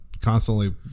constantly